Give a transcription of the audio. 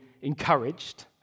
encouraged